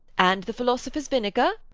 and the philosopher's vinegar?